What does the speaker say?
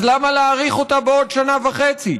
אז למה להאריך אותה בעוד שנה וחצי?